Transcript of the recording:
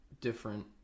different